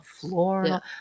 floor